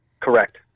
Correct